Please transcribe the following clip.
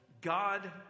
God